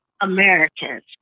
Americans